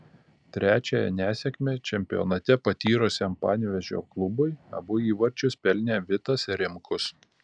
trečiąją nesėkmę čempionate patyrusiam panevėžio klubui abu įvarčius pelnė vitas rimkus